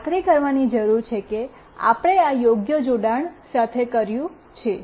તેથી આપણે ખાતરી કરવાની જરૂર છે કે આપણે આ યોગ્ય જોડાણ સાથે કર્યું છે